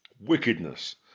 wickedness